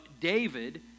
David